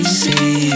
see